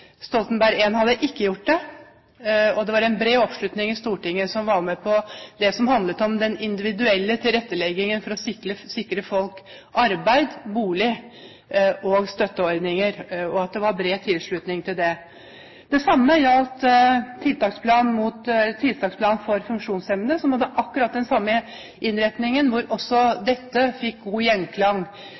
Stoltenberg I-regjeringen. Det var bred oppslutning i Stortinget om det som handlet om den individuelle tilretteleggingen for å sikre folk arbeid, bolig og støtteordninger, og det var bred tilslutning til det. Det samme gjaldt tiltaksplanen for funksjonshemmede, som hadde akkurat den samme innretningen, hvor også dette fikk god gjenklang